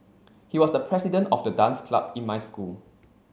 he was the president of the dance club in my school